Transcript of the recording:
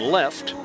left